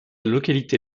localité